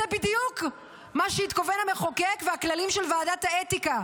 זה בדיוק מה שהתכוונו המחוקק והכללים של ועדת האתיקה: